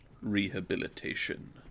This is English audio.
rehabilitation